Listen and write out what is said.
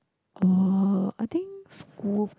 oh I think school